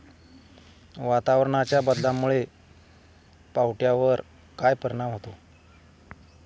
वातावरणाच्या बदलामुळे पावट्यावर काय परिणाम होतो?